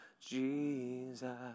Jesus